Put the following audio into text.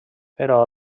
però